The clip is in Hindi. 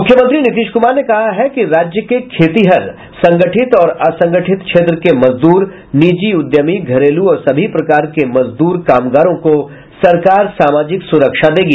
मुख्यमंत्री नीतीश कुमार ने कहा है कि राज्य के खेतीहर संगठित और असंगठित क्षेत्र निजी उद्यमी घरेलू और सभी प्रकार के मजदूर कामगारों को सरकार सामाजिक सुरक्षा देगी